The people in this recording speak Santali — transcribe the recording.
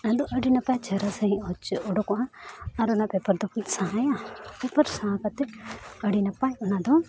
ᱟᱫᱚ ᱟᱹᱰᱤ ᱱᱟᱯᱟᱭ ᱪᱮᱦᱨᱟ ᱥᱟᱺᱦᱤᱡ ᱚᱪᱚᱜ ᱩᱰᱩᱠᱚᱜᱼᱟ ᱟᱨ ᱚᱱᱟ ᱫᱚᱠᱚ ᱥᱟᱦᱟᱭᱟ ᱥᱟᱦᱟ ᱠᱟᱛᱮᱫ ᱟᱹᱰᱤ ᱱᱟᱯᱟᱭ ᱚᱱᱟ ᱫᱚ